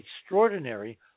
extraordinary